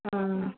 ആ